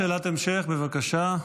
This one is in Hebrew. שאלה נוספת, בבקשה.